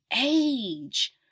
age